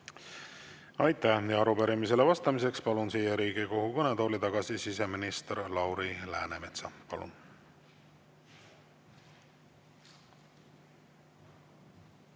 Aitäh! Arupärimisele vastamiseks palun siia Riigikogu kõnetooli tagasi siseminister Lauri Läänemetsa. Palun!